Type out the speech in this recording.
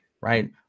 right